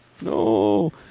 No